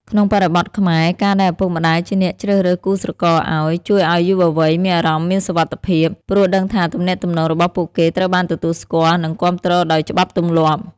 ក្នុងបរិបទខ្មែរ ការដែលឪពុកម្ដាយជាអ្នកជ្រើសរើសគូស្រករឱ្យ ជួយឱ្យយុវវ័យមានអារម្មណ៍មានសុវត្ថិភាព ព្រោះដឹងថាទំនាក់ទំនងរបស់ពួកគេត្រូវបានទទួលស្គាល់ និងគាំទ្រដោយច្បាប់ទម្លាប់។